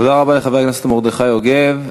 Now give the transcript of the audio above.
תודה רבה לחבר הכנסת מרדכי יוגב.